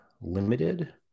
Limited